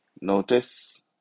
Notice